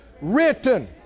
written